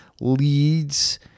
leads